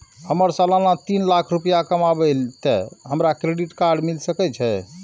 हमर सालाना तीन लाख रुपए कमाबे ते हमरा क्रेडिट कार्ड मिल सके छे?